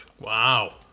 Wow